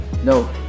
No